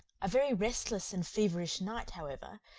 a very restless and feverish night, however,